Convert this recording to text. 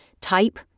type